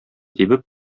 тибеп